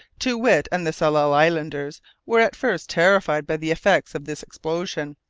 too-wit and the tsalal islanders were at first terrified by the effects of this explosion,